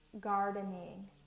gardening